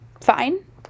fine